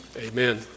amen